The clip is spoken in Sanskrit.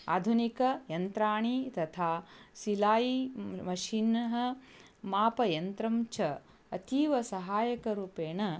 आधुनिकयन्त्राणि तथा सिलायि मशिनः मापयन्त्रं च अतीव सहाय्यकरूपेण